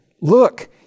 look